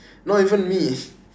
not even me